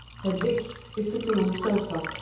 hedvig is sitting on the sofa,